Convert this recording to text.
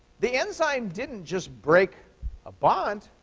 the enzyme didn't just break a bond.